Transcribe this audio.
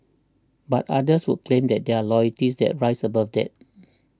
but others would claim that there are loyalties that rise above that